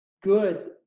good